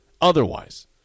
otherwise